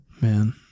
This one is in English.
man